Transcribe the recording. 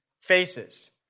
faces